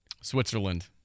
Switzerland